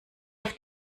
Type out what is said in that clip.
auf